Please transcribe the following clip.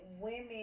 women